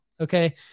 Okay